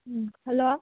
hello